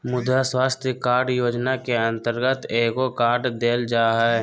मुद्रा स्वास्थ कार्ड योजना के अंतर्गत एगो कार्ड देल जा हइ